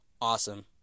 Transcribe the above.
awesome